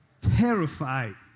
terrified